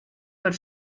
per